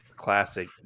classic